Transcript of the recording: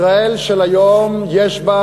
ישראל של היום יש בה